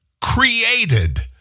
created